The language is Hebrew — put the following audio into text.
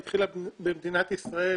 התחילה במדינת ישראל